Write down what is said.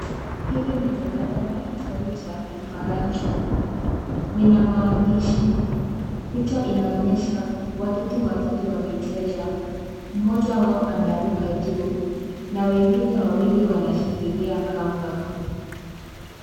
Hili ni jalada la kitabu cha kifaransa. Lina maandishi. Picha inaonyesha, watoto watatu wakicheza. Mmoja wao anaruka juu na wengine wawili wanashikilia kamba.